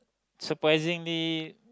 surprisingly